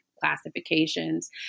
classifications